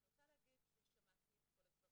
אני רוצה להגיד ששמעתי את כל הדברים,